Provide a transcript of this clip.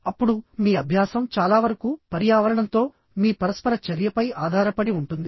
అప్పుడు మీ అభ్యాసం చాలా వరకు పర్యావరణంతో మీ పరస్పర చర్యపై ఆధారపడి ఉంటుంది